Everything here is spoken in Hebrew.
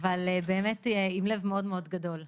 באמת עם לב גדול מאוד.